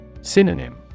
Synonym